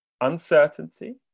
uncertainty